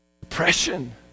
depression